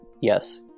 Yes